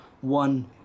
one